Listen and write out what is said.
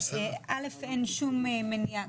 אין שום מניעה,